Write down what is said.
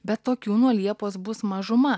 bet tokių nuo liepos bus mažuma